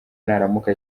naramuka